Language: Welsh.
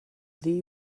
ddi